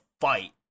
fight